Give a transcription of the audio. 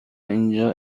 اینجا